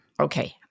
Okay